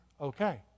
Okay